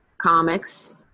comics